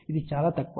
ఇది చాలా తక్కువ